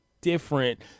different